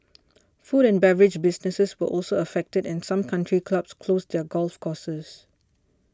food and beverage businesses were also affected and some country clubs closed their golf courses